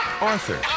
Arthur